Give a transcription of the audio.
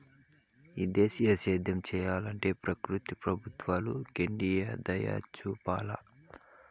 ఈ దేశీయ సేద్యం సెయ్యలంటే ప్రకృతి ప్రభుత్వాలు కెండుదయచూపాల